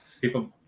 People